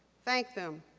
thank them.